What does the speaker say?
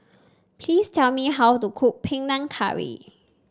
please tell me how to cook Panang Curry